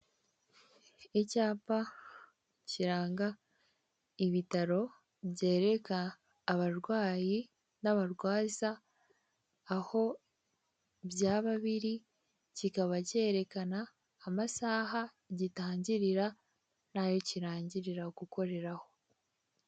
Icyapa kiranga ibitaro byereka abarwayi n'abarwaza aho byaba biri, kikaba cyerekana amasaha gitangirira n'ayo kirangirira gukoreraho.